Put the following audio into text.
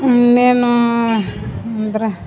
ಇನ್ನೇನೂ ಅಂದರೆ